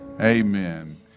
Amen